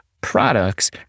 products